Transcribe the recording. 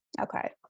Okay